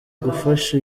gufasha